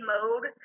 Mode